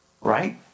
Right